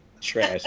Trash